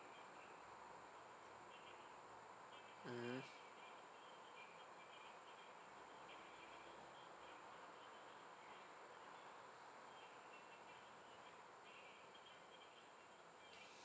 mmhmm